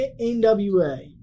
NWA